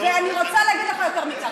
אני רוצה להגיד לך יותר מכך,